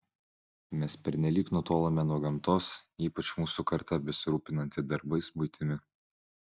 mes pernelyg nutolome nuo gamtos ypač mūsų karta besirūpinanti darbais buitimi